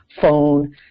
phone